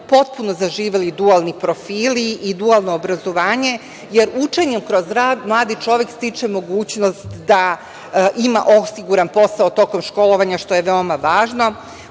potpuno zaživeli dualni profili i dualno obrazovanje, jer učenjem kroz rad mladi čovek stiče mogućnost da ima osiguran posao tokom školovanja što je veoma